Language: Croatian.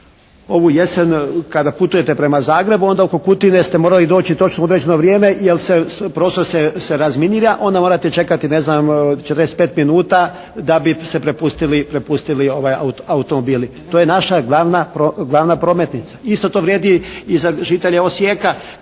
ovu jesen kada putujete prema Zagrebu onda oko Kutine ste morali doći točno u određeno vrijeme jer prostor se razminira, onda morate čekati 45 minuta da bi se propustili automobili. To je naša glavna prometnica. Isto to vrijedi i za žitelje Osijeka.